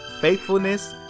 faithfulness